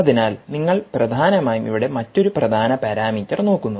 അതിനാൽ നിങ്ങൾ പ്രധാനമായും ഇവിടെ മറ്റൊരു പ്രധാന പാരാമീറ്റർ നോക്കുന്നു